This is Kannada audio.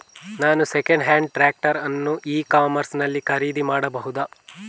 ನಾನು ಸೆಕೆಂಡ್ ಹ್ಯಾಂಡ್ ಟ್ರ್ಯಾಕ್ಟರ್ ಅನ್ನು ಇ ಕಾಮರ್ಸ್ ನಲ್ಲಿ ಖರೀದಿ ಮಾಡಬಹುದಾ?